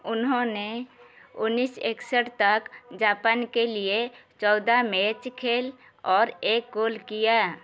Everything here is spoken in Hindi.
उन्होंने उन्नीस इकसठ तक जापान के लिए चौदह मैच खेले और एक गोल किया